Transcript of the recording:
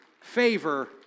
favor